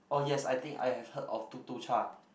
oh yes I think I have heard of Tuk-Tuk-Cha